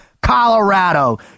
Colorado